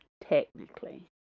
Technically